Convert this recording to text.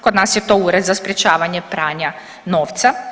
Kod nas je to Ured za sprječavanje pranja novca.